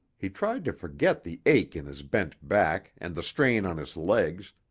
he tried to forget the ache in his bent back and the strain on his legs,